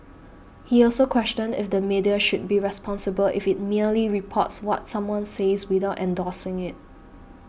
he also questioned if the media should be responsible if it merely reports what someone says without endorsing it